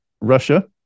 Russia